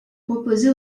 proposée